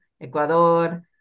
Ecuador